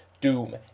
doom